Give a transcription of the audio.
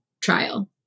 trial